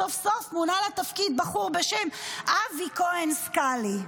סוף-סוף מונה לתפקיד בחור בשם אבי כהן סקלי.